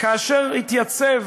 כאשר התייצב